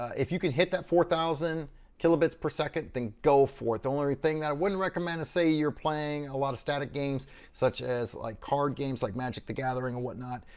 if you can hit that four thousand kilobits per second, then go for it. the only thing that i wouldn't recommend is say you're playing a lot of static games such as like card games, like magic the gathering and whatnot,